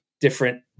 different